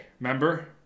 remember